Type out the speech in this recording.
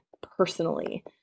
personally